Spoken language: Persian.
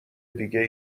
دیگه